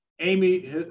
Amy